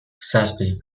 zazpi